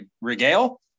regale